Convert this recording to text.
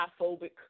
homophobic